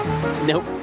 Nope